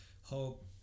hope